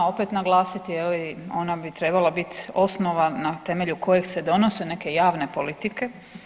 Opet naglasiti je li ona bi trebala biti osnova na temelju koje se donose neke javne politike.